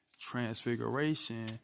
Transfiguration